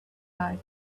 life